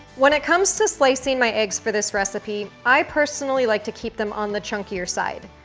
when it comes to slicing my eggs for this recipe, i personally like to keep them on the chunkier side.